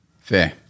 Fair